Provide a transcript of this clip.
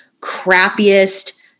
crappiest